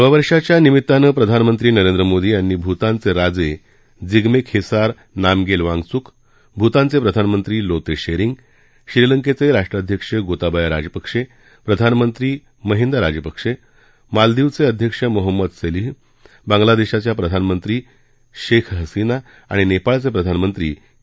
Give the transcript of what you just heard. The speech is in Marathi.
नववर्षाच्या निमित्तानं प्रधानमंत्री नरेंद्र मोदी यांनी भूतानचे राजे जिम्मे खेसार नामग्येल वांगचुक भूतानचे प्रधानमंत्री लोते शेरिंग श्रीलंकेचे राष्ट्राध्यक्ष गोताबाया राजपक्षे प्रधानमंत्री महिंदा राजपक्षे मालदीवचे राष्ट्राध्यक्ष मोहंमद सोलिह बांगलादेशाच्या प्रधानमंत्री शेख हसीना आणि नेपाळचे प्रधानमंत्री के